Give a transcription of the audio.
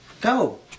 Go